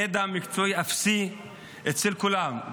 ידע מקצועי אפסי אצל כולם,